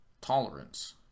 tolerance